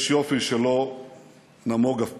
יש יופי שלא נמוג אף פעם.